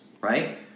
right